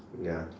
ya